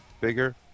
bigger